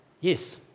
Yes